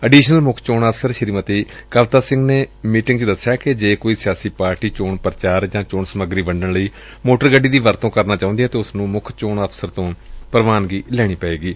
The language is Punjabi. ਅਡੀਸ਼ਨਲ ਮੁੱਖ ਚੋਣ ਅਫ਼ਸਰ ਸ੍ਰੀਮਤੀ ਕਵਿਤਾ ਸਿੰਘ ਨੇ ਮੀਟਿੰਗ ਚ ਦਸਿਆ ਕਿ ਜੇ ਕੋਈ ਸਿਆਸੀ ਪਾਰਟੀ ਚੋਣ ਪ੍ਰਚਾਰ ਜਾਂ ਚੋਣ ਸਮੱਗਰੀ ਵੰਡਣ ਲਈ ਮੋਟਰ ਗੱਡੀ ਦੀ ਵਰਤੋਂ ਕਰਨਾ ਚਾਹੁੰਦੀ ਏ ਤਾਂ ਉਸ ਨੂੰ ਮੁੱਖ ਚੋਣ ਅਫਸਰ ਤੋਂ ਪ੍ਰਵਾਨਗੀ ਲੈਣੀ ਪਏਗੀ